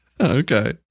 Okay